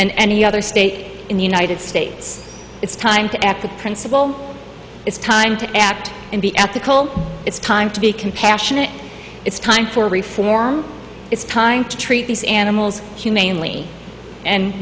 shelter and any other state in the united states it's time to act the principle it's time to act and be ethical it's time to be compassionate it's time for reform it's time to treat these animals humanely and